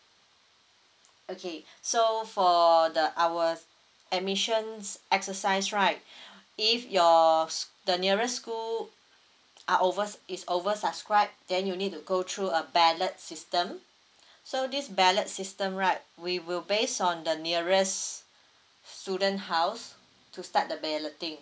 okay so for the our admissions exercise right if your s~ the nearest school are overs~ is over subscribed then you need to go through a ballot system so this ballot system right we will based on the nearest student house to start the balloting